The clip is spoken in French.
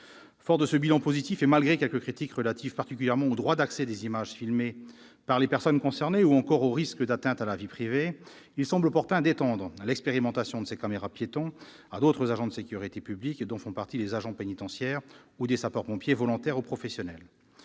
Forts de ce bilan positif et malgré quelques critiques relatives particulièrement au droit d'accès des images filmées par les personnes concernées ou encore aux risques d'atteinte à la vie privée, nous estimons qu'il est opportun d'étendre l'expérimentation de ces caméras-piétons à d'autres agents de sécurité publique, dont font partie les agents pénitentiaires ou des sapeurs-pompiers volontaires ou professionnels.